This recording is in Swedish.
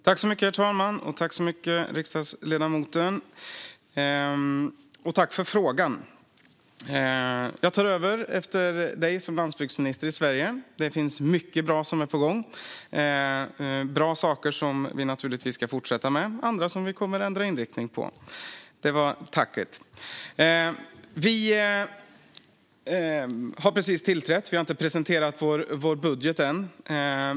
Herr talman! Tack, riksdagsledamoten, för frågan! Jag tar över efter dig som landsbygdsminister i Sverige. Det finns mycket bra som är på gång - bra saker som vi naturligtvis ska fortsätta med och andra som vi kommer att ändra inriktning på. Det var mitt tack. Vi har just tillträtt och har inte presenterat vår budget än.